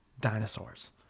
dinosaurs